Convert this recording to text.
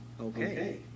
Okay